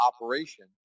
operation